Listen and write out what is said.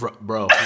Bro